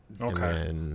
Okay